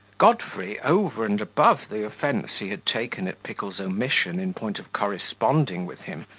godfrey, over and above the offence he had taken at pickle's omission in point of corresponding with him,